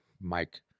Mike